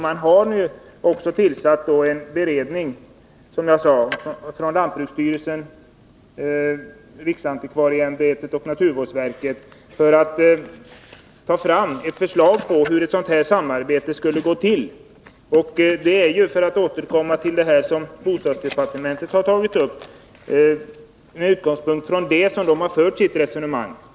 Lantbruksstyrelsen, riksantikvarieämbetet och naturvårdsverket har nu också tillsatt en beredning för att ta fram förslag om hur ett sådant här samarbete skulle gå till. Och det är ju med utgångspunkt från detta som bostadsdepartementet — för att nu återkomma till den saken — har fört sitt resonemang.